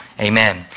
Amen